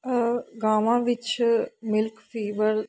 ਗਾਵਾਂ ਵਿੱਚ milk fever